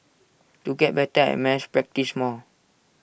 to get better at maths practise more